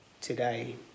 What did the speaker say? today